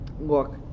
look